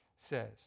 says